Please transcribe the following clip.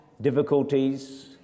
difficulties